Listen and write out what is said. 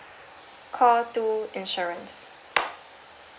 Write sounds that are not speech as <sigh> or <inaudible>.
call two insurance <noise>